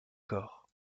corps